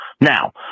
Now